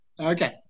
okay